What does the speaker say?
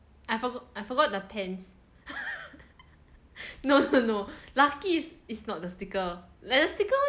I forgot I forgot the pants no no no lucky is not the sticker like the sticker